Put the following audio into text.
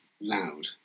loud